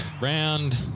Round